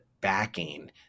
backing